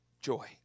joy